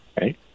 right